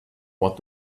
what